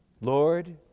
Lord